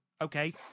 okay